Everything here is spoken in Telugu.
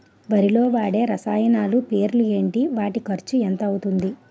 వరిలో వాడే రసాయనాలు పేర్లు ఏంటి? వాటి ఖర్చు ఎంత అవతుంది?